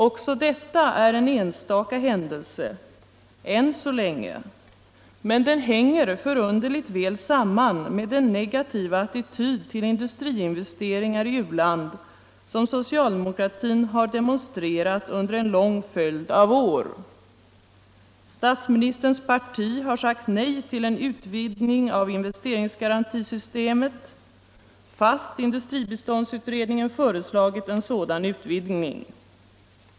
Också detta är en enstaka händelse — än så länge. Men den hänger förunderligt väl samman med den negativa attityd till industriinvesteringar i u-land som socialdemokratin har demostrerat under en lång följd av år. Statsministerns parti har sagt nej till en utvidgning av investeringsgarantisystemet, fast industribiståndsutredningen föreslagit en sådan utvidgning.